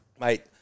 mate